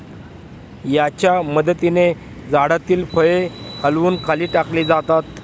याच्या मदतीने झाडातील फळे हलवून खाली टाकली जातात